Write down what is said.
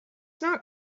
not